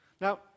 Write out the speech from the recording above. Now